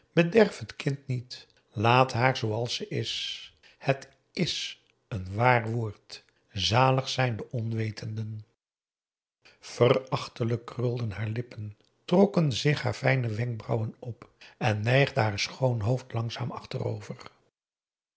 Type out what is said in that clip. niet laat haar zooals ze is het is een waar woord zalig zijn de onwetenden verachtelijk krulden haar lippen trokken zich haar fijne wenkbrauwen op en neigde haar schoon hoofd langzaam achterover